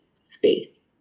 space